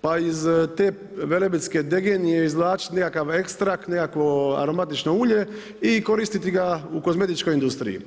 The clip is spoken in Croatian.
pa iz te velebitske degenije izvlačili nekakav ekstrakt, nekakvo aromatično ulje i koristiti ga u kozmetičkoj industriji.